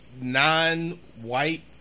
non-white